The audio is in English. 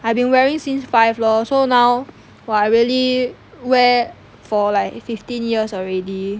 I've been wearing since five lor so now !wah! I really wear for like fifteen years already